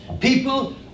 people